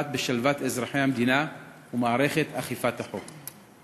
בשלוות אזרחי המדינה ובמערכת אכיפת החוק?